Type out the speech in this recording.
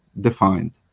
defined